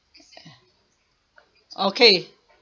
okay